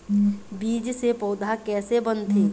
बीज से पौधा कैसे बनथे?